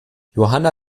johanna